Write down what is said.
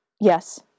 Yes